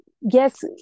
yes